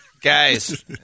Guys